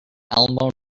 alamo